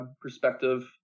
perspective